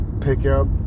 pickup